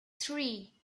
three